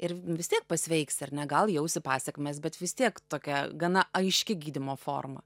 ir vis tiek pasveiks ar ne gal jausi pasekmes bet vis tiek tokia gana aiški gydymo forma